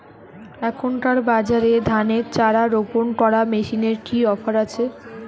এখনকার বাজারে ধানের চারা রোপন করা মেশিনের কি অফার আছে?